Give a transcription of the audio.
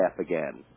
again